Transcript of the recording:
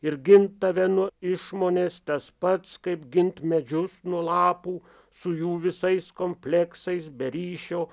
ir gint tave nuo išmonės tas pats kaip gint medžius nuo lapų su jų visais kompleksais be ryšio